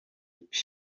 pac